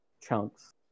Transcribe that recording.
chunks